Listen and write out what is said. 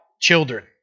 Children